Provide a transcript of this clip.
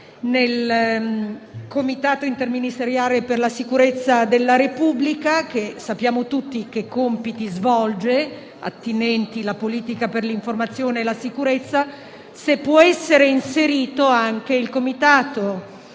nel Comitato interministeriale per la sicurezza della Repubblica (che sappiamo tutti che compiti svolge, attinenti la politica per l'informazione e la sicurezza), chiedo se possa essere inserito anche il Ministero